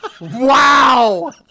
Wow